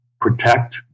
protect